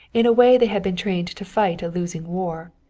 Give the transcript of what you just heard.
in a way they had been trained to fight a losing war,